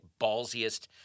ballsiest –